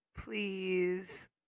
please